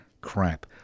crap